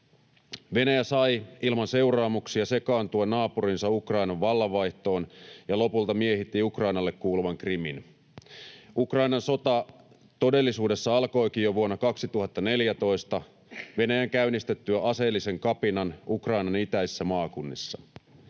Venäjä sai ilman seuraamuksia sekaantua naapurinsa Ukrainan vallanvaihtoon ja lopulta miehitti Ukrainalle kuuluvan Krimin. Ukrainan sota todellisuudessa alkoikin jo vuonna 2014 Venäjän käynnistettyä aseellisen kapinan Ukrainan itäisissä maakunnissa.